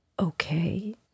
Okay